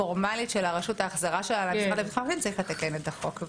הרשות למשרד לביטחון הפנים צריך לתקן את החוק.